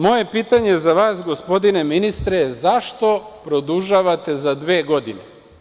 Moje pitanje za vas je, gospodine ministre – zašto produžavate za dve godine?